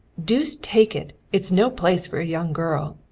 deuce take it, it's no place for a young girl.